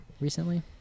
recently